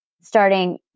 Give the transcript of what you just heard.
starting